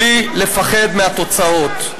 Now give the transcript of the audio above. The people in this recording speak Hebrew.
בלי לפחד מהתוצאות.